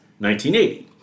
1980